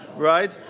right